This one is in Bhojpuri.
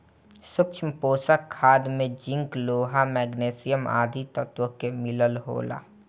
सूक्ष्म पोषक खाद में जिंक, लोहा, मैग्निशियम आदि तत्व के मिलल होला